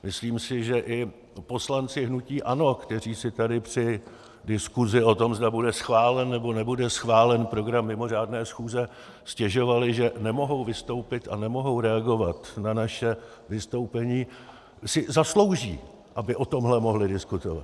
Myslím si, že i poslanci hnutí ANO, kteří si tady při diskusi o tom, zda bude schválen, nebo nebude schválen program mimořádné schůze, stěžovali, že nemohou vystoupit a nemohou reagovat na naše vystoupení, si zaslouží, aby o tomhle mohli diskutovat.